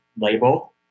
label